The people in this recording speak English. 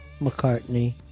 McCartney